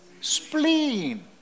spleen